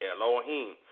Elohim